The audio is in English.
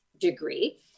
degree